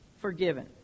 forgiven